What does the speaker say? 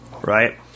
Right